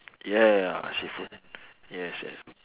yeah ya seafood yes yes